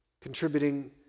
contributing